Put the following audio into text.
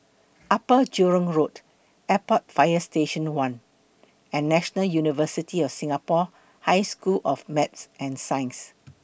Upper Jurong Road Airport Fire Station one and National University of Singapore High School of Math and Science